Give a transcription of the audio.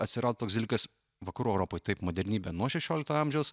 atsirado toks dalykas vakarų europoj taip modernybė nuo šešiolikto amžiaus